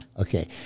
okay